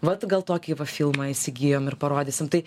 vat gal tokį filmą įsigijom ir parodysim tai